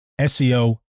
SEO